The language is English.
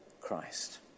Christ